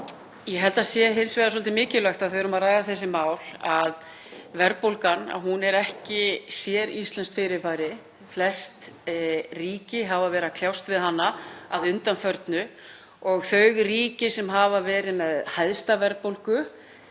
Ég held að það sé hins vegar svolítið mikilvægt, af því að við erum að ræða þessi mál, að verðbólgan, hún er ekki séríslenskt fyrirbæri. Flest ríki hafa verið að kljást við hana að undanförnu og þau ríki sem hafa verið með hæsta verðbólgu